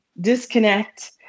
disconnect